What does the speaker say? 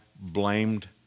blamed